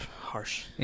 harsh